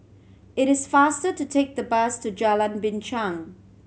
it is faster to take the bus to Jalan Binchang